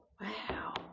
wow